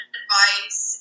advice